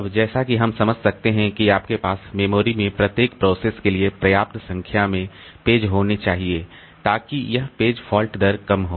अब जैसा कि हम समझ सकते हैं कि आपके पास मेमोरी में प्रत्येक प्रोसेस के लिए पर्याप्त संख्या में पेज होने चाहिए ताकि यह पेज फॉल्ट दर कम हो